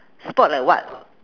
sport like what